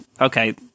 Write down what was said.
Okay